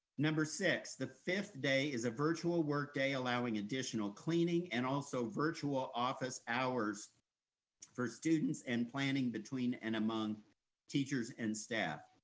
number six, the fifth day is a virtual work day allowing additional cleaning and also virtual office hours for students and planning between and among teachers and staff.